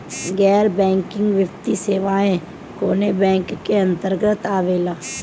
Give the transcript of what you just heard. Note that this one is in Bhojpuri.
गैर बैंकिंग वित्तीय सेवाएं कोने बैंक के अन्तरगत आवेअला?